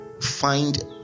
find